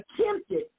attempted